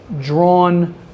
drawn